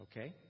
Okay